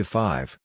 five